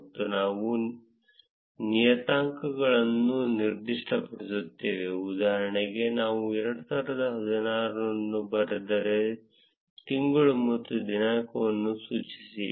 ಮತ್ತು ನಾವು ನಿಯತಾಂಕಗಳನ್ನು ನಿರ್ದಿಷ್ಟಪಡಿಸುತ್ತೇವೆ ಉದಾಹರಣೆಗೆ ನಾನು 2016 ಅನ್ನು ಬರೆದರೆ ತಿಂಗಳು ಮತ್ತು ದಿನಾಂಕವನ್ನು ಸೂಚಿಸಿ